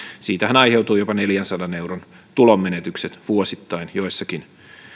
siitähän aiheutuu jopa neljänsadan euron tulonmenetykset vuosittain joissakin